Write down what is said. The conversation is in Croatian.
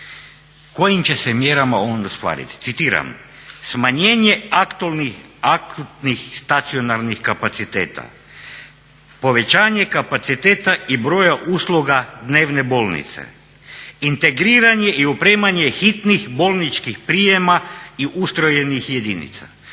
kojim će se mjerama on ostvariti. Citiram: "Smanjenje akutnih stacionarnih kapaciteta, povećanje kapaciteta i broja usluga dnevne bolnice, integriranje i opremanje hitnih bolničkih prijema i ustrojenih jedinica,